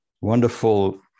wonderful